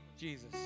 Jesus